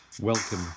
Welcome